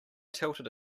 tilted